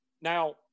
Now